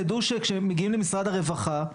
תדעו שכשמגיעים למשרד הרווחה,